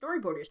storyboarders